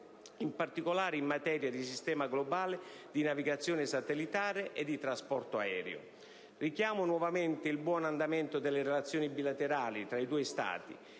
in particolare in materia di sistema globale di navigazione satellitare e di trasporto aereo. Richiamo nuovamente il buon andamento delle relazioni bilaterali tra i due Stati,